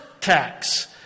tax